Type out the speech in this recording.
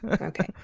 Okay